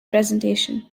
presentation